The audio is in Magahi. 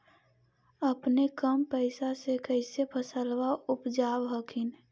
अपने कम पैसा से कैसे फसलबा उपजाब हखिन?